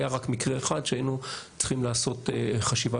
היה רק מקרה אחד שהיינו צריכים לעשות חשיבה